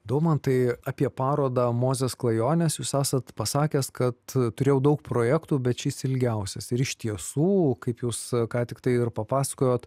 daumantai apie parodą mozės klajonės jūs esat pasakęs kad turėjau daug projektų bet šis ilgiausias ir iš tiesų kaip jūs ką tiktai ir papasakojot